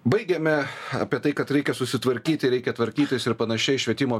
baigėme apie tai kad reikia susitvarkyti reikia tvarkytis ir panašiai švietimo srityje